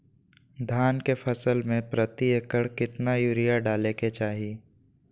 धान के फसल में प्रति एकड़ कितना यूरिया डाले के चाहि?